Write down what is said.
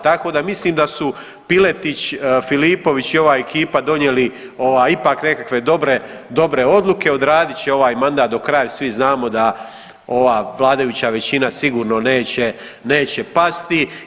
Tako da mislim da su Piletić, Filipović i ova ekipa donijeli ipak nekakve dobre odluke, odradit će ovaj mandat do kraja jer svi znamo da ova vladajuća većina sigurno neće pasti.